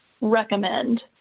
recommend